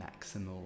maximal